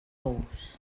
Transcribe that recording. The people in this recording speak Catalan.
tous